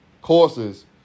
courses